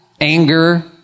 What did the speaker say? anger